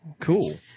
cool